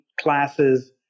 classes